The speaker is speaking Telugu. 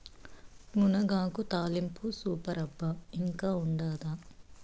మునగాకు తాలింపు సూపర్ అబ్బా ఇంకా ఉండాదా